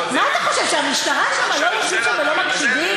מה אתה חושב, שהמשטרה שם לא יושבים ולא מקשיבים?